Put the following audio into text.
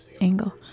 angle